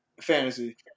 fantasy